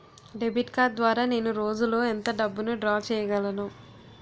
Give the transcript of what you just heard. Debit card ద్వారా నేను రోజు లో ఎంత డబ్బును డ్రా చేయగలను?